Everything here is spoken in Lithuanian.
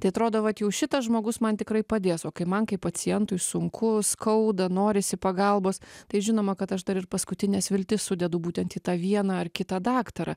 tai atrodo vat jau šitas žmogus man tikrai padės o kai man kaip pacientui sunku skauda norisi pagalbos tai žinoma kad aš dar ir paskutines viltis sudedu būtent į tą vieną ar kitą daktarą